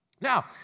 Now